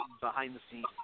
behind-the-scenes